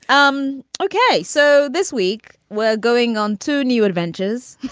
um okay. so this week we're going on to new adventures